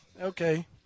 Okay